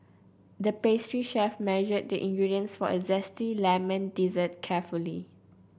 the pastry chef measured the ingredients for a zesty lemon dessert carefully